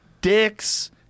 dicks